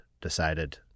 decided